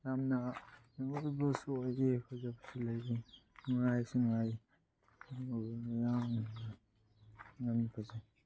ꯌꯥꯝꯅ ꯃꯦꯃꯣꯔꯦꯕꯜꯁꯨ ꯑꯣꯏꯌꯦ ꯐꯖꯕꯁꯨ ꯂꯩ ꯅꯨꯡꯉꯥꯏꯁꯨ ꯅꯨꯡꯉꯥꯏ ꯌꯥꯝꯅ ꯌꯥꯝ ꯐꯖꯩ